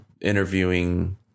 interviewing